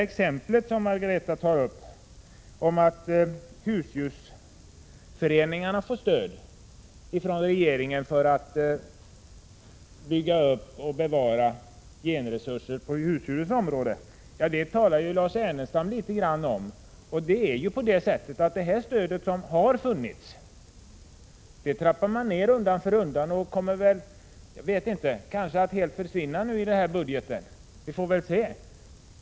Margareta Winberg tar som exempel att avelsföreningar får stöd från regeringen för att bygga upp och bevara genresurser på husdjursområdet. Det talade Lars Ernestam också om. Men det stöd som har funnits trappas ned undan för undan, och kanske kommer det att helt försvinna i kommande budget.